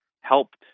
helped